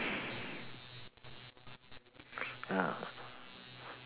oh